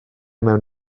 mewn